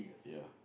ya